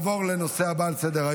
להלן תוצאות ההצבעה: